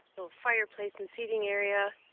little fireplace and seating area.